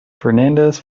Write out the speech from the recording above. fernandez